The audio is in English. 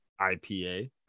IPA